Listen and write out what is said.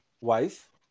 wife